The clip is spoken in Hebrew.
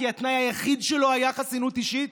כי התנאי היחיד שלו היה חסינות אישית,